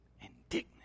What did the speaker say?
Indignant